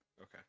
Okay